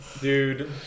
Dude